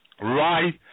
Right